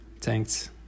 thanks